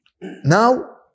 now